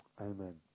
amen